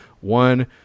one